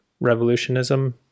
revolutionism